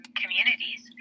communities